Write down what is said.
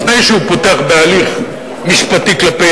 לפני שהוא פותח בהליך משפטי כלפי